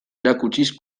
erakutsiz